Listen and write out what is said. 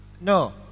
no